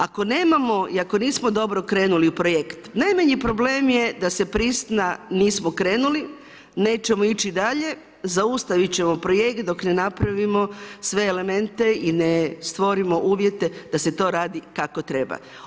Ako nemamo i ako nismo dobro krenuli u projekt, najmanji problem je da se prizna nismo krenuli, nećemo ići dalje, zaustavit ćemo projekt dok ne napravimo sve elemente i ne stvorimo uvjete da se to radi kako treba.